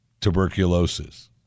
tuberculosis